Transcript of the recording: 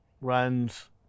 runs